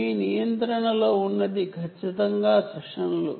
మీ నియంత్రణలో ఉన్నది ఖచ్చితంగా సెషన్లు